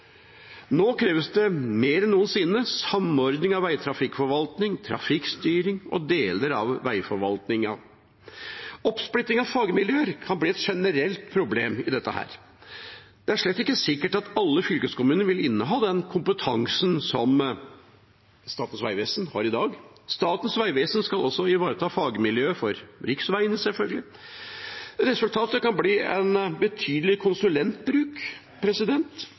Nå kreves det mer enn noensinne samordning av veitrafikkforvaltning, trafikkstyring og deler av veiforvaltningen. Oppsplitting av fagmiljøer kan bli et generelt problem i dette. Det er slett ikke sikkert at alle fylkeskommunene vil inneha den kompetansen som Statens vegvesen har i dag. Statens vegvesen skal også ivareta fagmiljøet for riksveiene, selvfølgelig. Resultatet kan bli en betydelig konsulentbruk,